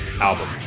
album